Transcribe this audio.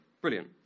Brilliant